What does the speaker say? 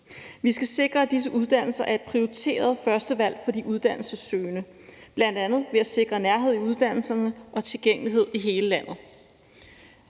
Vi skal sikre, at disse uddannelser er et prioriteret førstevalg for de uddannelsessøgende, bl.a. ved at sikre nærhed i uddannelserne og tilgængelighed i hele landet.